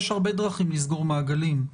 יש הרבה דרכים לסגור מעגלים.